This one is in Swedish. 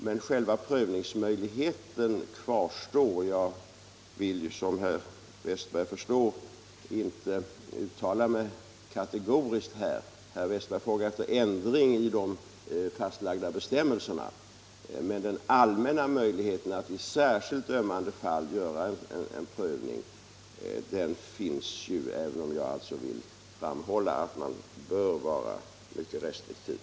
Men själva prövningsmöjligheten kvarstår. Jag vill som herr Westberg förstår inte uttala mig kategoriskt. Herr Westberg frågade efter en ändring av de fastlagda bestämmelserna. Det finns alltså en allmän möjlighet att i särskilt ömmande fall göra en prövning, även om jag vill framhålla att man här bör vara restriktiv.